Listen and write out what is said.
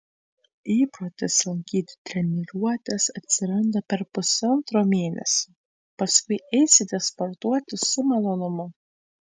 įprotis lankyti treniruotes atsiranda per pusantro mėnesio paskui eisite sportuoti su malonumu